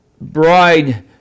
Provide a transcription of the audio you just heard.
Bride